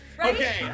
Okay